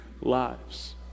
lives